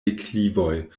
deklivoj